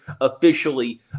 officially